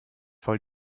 voll